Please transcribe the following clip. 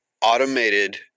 Automated